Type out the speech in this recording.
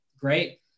great